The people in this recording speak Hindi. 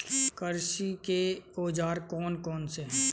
कृषि के औजार कौन कौन से हैं?